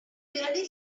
really